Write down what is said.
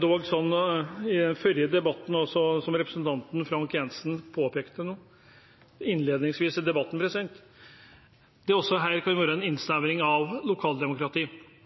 dog slik, som representanten Frank J. Jenssen påpekte innledningsvis i debatten, at dette også kan være en innsnevring av